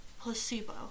placebo